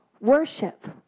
worship